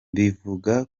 mbivuga